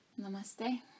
Namaste